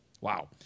Wow